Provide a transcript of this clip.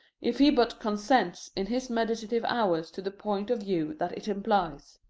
if he but consents in his meditative hours to the point of view that it implies.